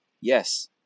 Yes